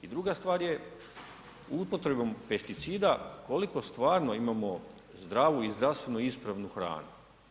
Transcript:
I druga stvar je, upotrebom pesticida koliko stvarno imamo zdravu i zdravstveno ispravnu hranu?